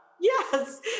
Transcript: Yes